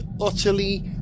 utterly